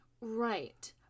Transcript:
Right